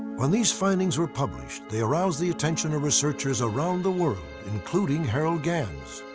when these findings were published, they aroused the attention of researchers around the world, including harold gans.